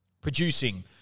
producing